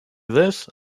this